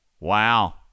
Wow